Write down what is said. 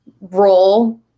role